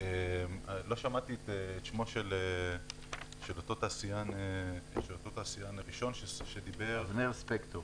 לא שמעתי את דברי התעשיין אבנר ספקטור.